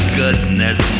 goodness